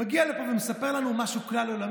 הוא מגיע לפה ומספר לנו על משהו כלל-עולמי.